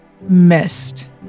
missed